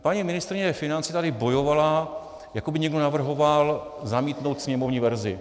Paní ministryně financí tady bojovala, jako by někdo navrhoval zamítnout sněmovní verzi.